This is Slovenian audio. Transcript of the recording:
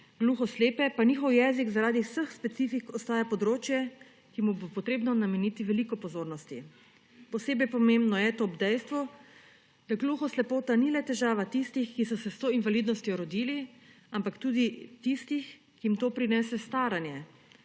gluhoslepe, pa njihov jezik zaradi vseh specifik ostaja področje, ki mu bo potrebno nameniti veliko pozornosti. Posebej pomembno je to ob dejstvu, da gluhoslepota ni le težava tistih, ki so se s to invalidnostjo rodili, ampak tudi tistih, ki jim to prinese staranje.